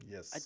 Yes